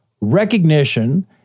recognition